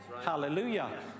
Hallelujah